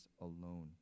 alone